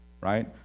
Right